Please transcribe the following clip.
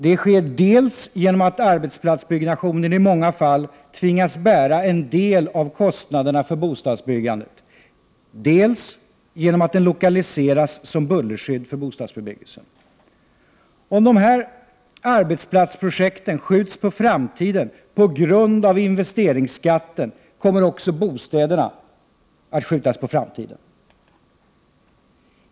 Det sker dels genom att arbetsplatsbyggnationen i många fall tvingas bära en del av kostnaderna för bostadsbyggandet, dels genom att den lokaliseras som bullerskydd för bostadsbebyggelsen. Om dessa arbetsplatsprojekt skjuts på framtiden på grund av investeringsskatten, kommer också bostäderna att skjutas på framtiden.